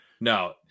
No